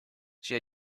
she